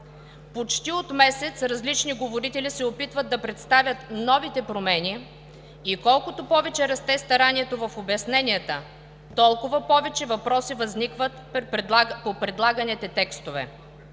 Почти от месец различни говорители се опитват да представят новите промени и колкото повече расте старанието в обясненията, толкова повече въпроси възникват по предлаганите текстове.